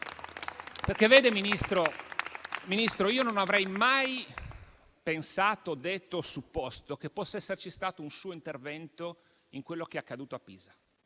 Signor Ministro, io non avrei mai pensato, detto, supposto che potesse esserci stato un suo intervento in quello che è accaduto a Pisa.